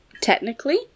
technically